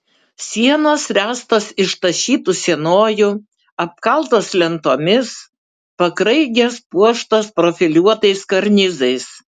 sienos ręstos iš tašytų sienojų apkaltos lentomis pakraigės puoštos profiliuotais karnizais